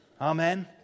Amen